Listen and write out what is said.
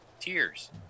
Tears